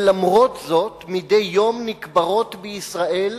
ולמרות זאת, מדי יום נקברות בישראל